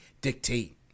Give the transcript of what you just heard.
dictate